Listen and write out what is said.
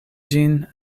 ĝin